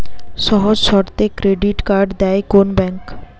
সহজ শর্তে credit card দেয় কোন ব্যাংক?